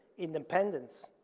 independence,